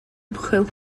ymchwil